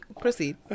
Proceed